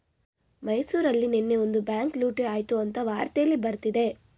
ಮೈಸೂರಲ್ಲಿ ನೆನ್ನೆ ಒಂದು ಬ್ಯಾಂಕ್ ಲೂಟಿ ಆಯ್ತು ಅಂತ ವಾರ್ತೆಲ್ಲಿ ಬರ್ತಿದೆ